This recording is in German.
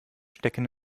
stecken